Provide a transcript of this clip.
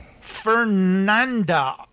Fernanda